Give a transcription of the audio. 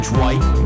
white